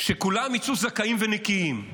שכולם יצאו זכאים ונקיים,